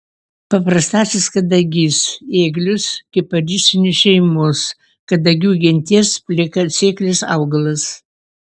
paprastasis kadagys ėglius kiparisinių šeimos kadagių genties plikasėklis augalas